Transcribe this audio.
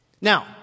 Now